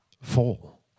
fall